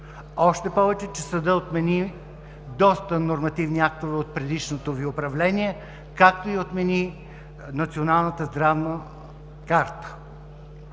още повече, че съдът отмени доста нормативни актове от предишното Ви управление, както и отмени Националната здравна карта,